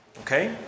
Okay